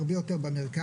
הרבה יותר במרכז.